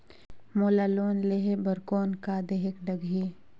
मोला लोन लेहे बर कौन का देहेक लगही?